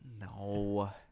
No